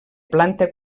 planta